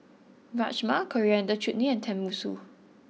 Rajma Coriander Chutney and Tenmusu